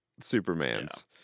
Superman's